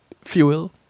fuel